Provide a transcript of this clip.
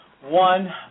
one